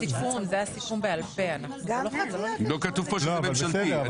לא כתוב פה שזה ממשלתי.